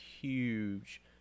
huge